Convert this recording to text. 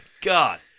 God